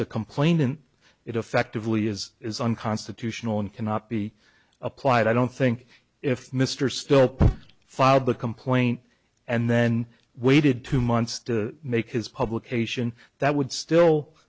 a complainant it effectively is is unconstitutional and cannot be applied i don't think if mr stilt filed the complaint and then waited two months to make his publication that would